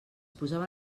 posava